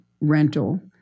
rental